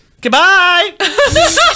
Goodbye